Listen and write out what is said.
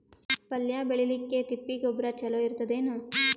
ಪಲ್ಯ ಬೇಳಿಲಿಕ್ಕೆ ತಿಪ್ಪಿ ಗೊಬ್ಬರ ಚಲೋ ಇರತದೇನು?